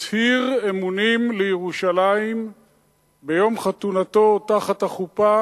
מצהיר אמונים לירושלים ביום חתונתו תחת החופה,